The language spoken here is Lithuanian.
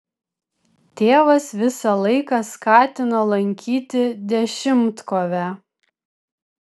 tėvas visą laiką skatino lankyti dešimtkovę